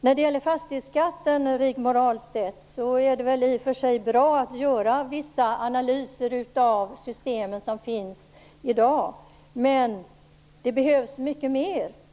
När det gäller fastighetsskatten, Rigmor Ahlstedt, är det väl i och för sig bra att man gör vissa analyser av det system som finns i dag. Men det behövs mycket mer.